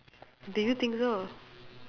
did you think so